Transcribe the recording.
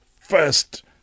first